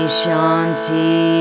shanti